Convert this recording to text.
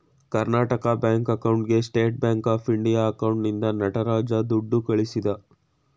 Karnataka bank ಅಕೌಂಟ್ಗೆ state bank of India ಅಕೌಂಟ್ನಿಂದ ನಟರಾಜ ದುಡ್ಡು ಕಳಿಸಿದ